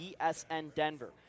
BSNDenver